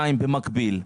ב', במקביל: